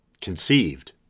conceived